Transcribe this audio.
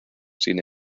sin